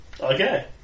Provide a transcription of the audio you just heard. Okay